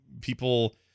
people